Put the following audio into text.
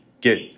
get